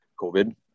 COVID